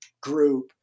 group